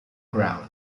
ground